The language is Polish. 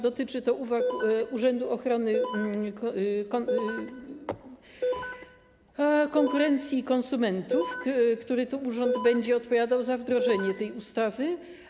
Dotyczy to zwłaszcza uwag Urzędu Ochrony Konkurencji i Konsumentów, który będzie odpowiadał za wdrożenie tej ustawy.